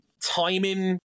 timing